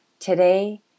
Today